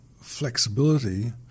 flexibility